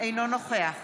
אינו נוכח